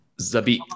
Zabit